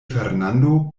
fernando